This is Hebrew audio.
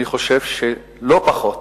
אני חושב שלא פחות